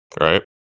Right